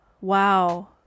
wow